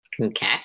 Okay